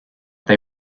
they